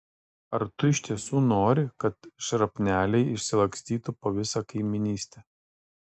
ar tu iš tiesų nori kad šrapneliai išsilakstytų po visą kaimynystę